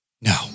No